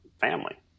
family